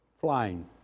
Flying